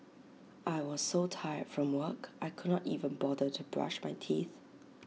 I was so tired from work I could not even bother to brush my teeth